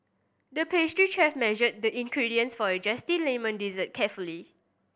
the pastry chef measured the ingredients for a zesty lemon dessert carefully